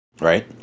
Right